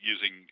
using